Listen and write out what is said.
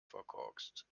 verkorkst